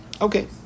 Okay